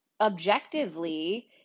objectively